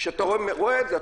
כשאתה רואה את זה,